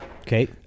Okay